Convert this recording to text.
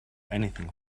anything